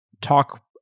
talk